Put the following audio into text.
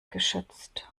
geschützt